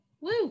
Woo